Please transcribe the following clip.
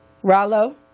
Rallo